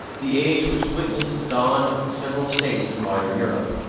the age which witnessed the dawn of the several states of modern europe.